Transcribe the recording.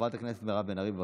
חברת הכנסת מירב בן ארי, בבקשה.